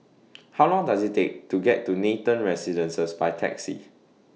How Long Does IT Take to get to Nathan Residences By Taxi